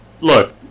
look